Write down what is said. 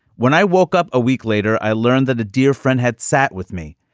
when i woke up a week later, i learned that a dear friend had sat with me.